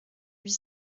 huit